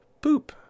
poop